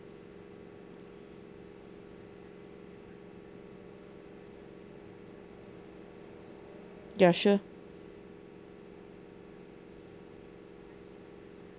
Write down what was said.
ya sure